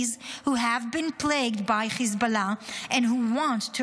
who have been plagued by Hezbollah and who want to